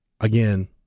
again